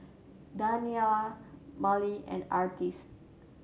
Daniela Marley and Artis